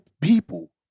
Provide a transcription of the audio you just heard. people